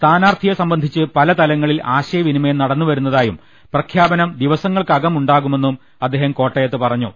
സ്ഥാനാർത്ഥിയെ സംബന്ധിച്ച് പ്പലു തലങ്ങളിൽ ആശയ വിനിമയം നടന്നുവരുന്നതായും പ്രഖ്യാപനം ദിവസ ങ്ങൾക്കകം ഉണ്ടാകുമെന്നും അദ്ദേഹം കോട്ടയത്ത് പറ ഞ്ഞു